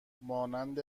مانند